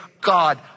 God